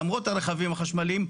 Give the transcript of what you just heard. הרכבים החשמליים,